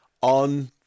on